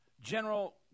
general